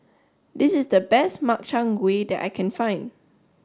this is the best Makchang Gui that I can find